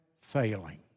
failing